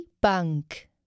Bank